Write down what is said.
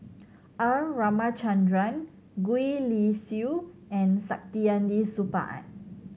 R Ramachandran Gwee Li Sui and Saktiandi Supaat